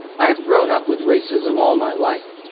i have grown up with racism all my life.